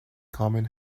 common